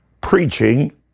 preaching